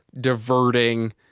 Diverting